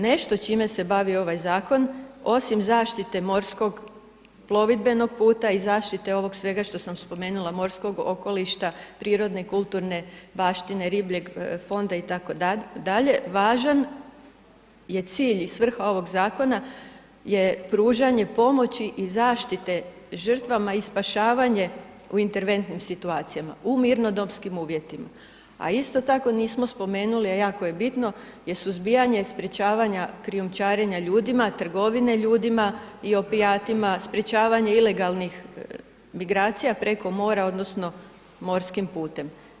Nešto čime se bavi ovaj zakon osim zaštite morskog plovidbenog puta i zaštite ovog svega što sam spomenula, morskog okoliša, prirodne i kulturne baštine ribljeg fonda itd., važan je cilj i svrha ovog zakona je pružanje pomoći i zaštite žrtvama i spašavanje u interventnim situacijama u mirnodopskim uvjetima, a isto tako nismo spomenuli, a jako je bitno je suzbijanje sprječavanja krijumčarenja ljudima, trgovine ljudima i opijatima, sprječavanje ilegalnih migracija preko mora odnosno morskim putem.